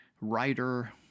writer